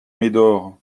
médor